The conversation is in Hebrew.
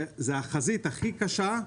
זאת החזית הכי קשה,